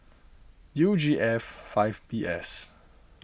U G F five B S